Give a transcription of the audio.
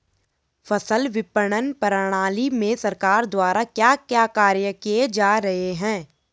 फसल विपणन प्रणाली में सरकार द्वारा क्या क्या कार्य किए जा रहे हैं?